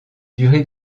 durée